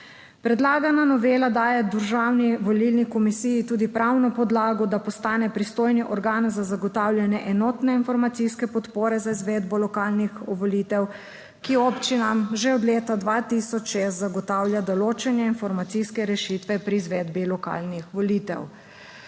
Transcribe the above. Predlagana novela daje Državni volilni komisiji tudi pravno podlago, da postane pristojni organ za zagotavljanje enotne informacijske podpore za izvedbo lokalnih volitev, ki občinam že od leta 2006 zagotavlja določene informacijske rešitve pri izvedbi lokalnih volitev.